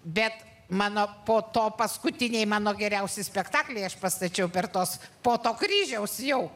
bet mano po to paskutiniai mano geriausi spektakliai aš pastačiau per tuos po to kryžiaus jau